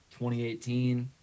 2018